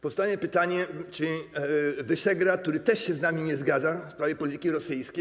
Powstaje pytanie, czy Wyszehrad, który też się z nami nie zgadza w sprawie polityki rosyjskiej.